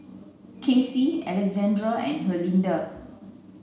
Cassie Alessandra and Herlinda